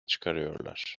çıkarıyorlar